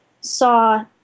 saw